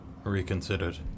reconsidered